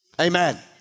Amen